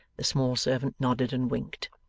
the small servant nodded, and winked.